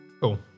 Cool